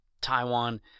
Taiwan